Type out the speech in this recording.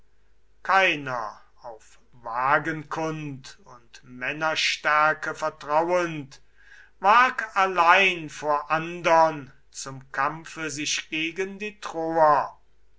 keiner auf wagenkund und männerstärke vertrauend wag allein vor andern zum kampfe sich gegen die troer